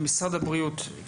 משרד הבריאות,